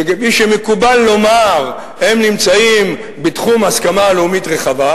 שכפי שמקובל לומר הם נמצאים בתחום הסכמה לאומית רחבה,